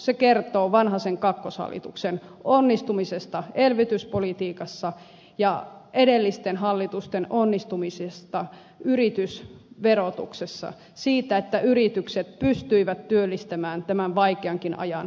se kertoo vanhasen kakkoshallituksen onnistumisesta elvytyspolitiikassa ja edellisten hallitusten onnistumisesta yritysverotuksessa siitä että yritykset pystyivät työllistämään tämän vaikeankin ajan yli